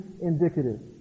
indicative